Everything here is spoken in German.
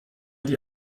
die